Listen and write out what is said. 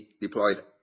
deployed